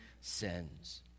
sins